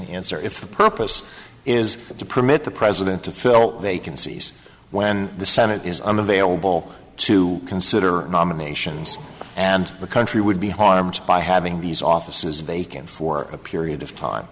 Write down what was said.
stand answer if the purpose is to permit the president to fill vacancies when the senate is unavailable to consider nominations and the country would be harmed by having these offices bacon for a period of time